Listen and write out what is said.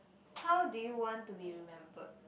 how do you want to be remembered